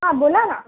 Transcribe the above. बोला ना